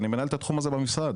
ואני מנהל את התחום הזה במשרד.